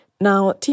Now